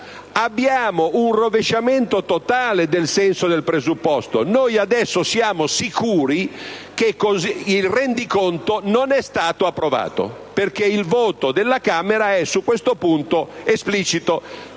abbiamo un rovesciamento totale del senso del presupposto. Noi adesso siamo sicuri che il rendiconto non è stato approvato, perché il voto della Camera è su questo punto esplicito,